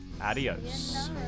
Adios